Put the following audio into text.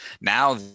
now